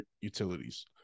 utilities